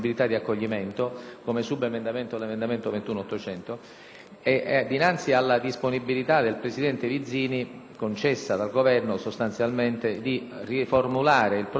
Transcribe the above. dinanzi alla disponibilità del presidente Vizzini, concessa dal Governo, di riformulare il proprio emendamento in modo identico a quello del Governo,